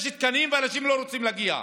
יש תקנים ואנשים לא רוצים להגיע,